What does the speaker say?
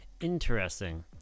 interesting